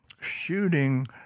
shooting